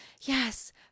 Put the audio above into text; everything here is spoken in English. yes